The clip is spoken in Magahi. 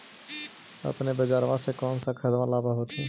अपने बजरबा से कौन सा खदबा लाब होत्थिन?